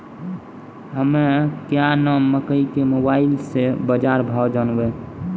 हमें क्या नाम मकई के मोबाइल से बाजार भाव जनवे?